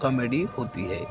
comedy होती है